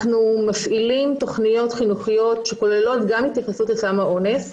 אנחנו מפעילים תוכניות חינוכיות שכוללות גם את התייחסות לסם האונס.